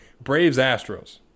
Braves-Astros